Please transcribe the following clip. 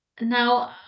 Now